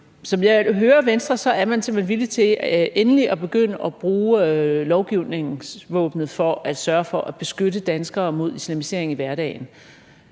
som jeg hører Venstre, så er man simpelt hen villig til endelig at begynde at bruge lovgivningsvåbnet for at sørge for at beskytte danskere mod islamisering i hverdagen,